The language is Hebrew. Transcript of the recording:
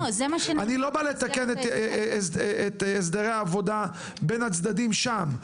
אני לא בא לתקן את הסדרי העבודה בין הצדדים שם.